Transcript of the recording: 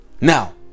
now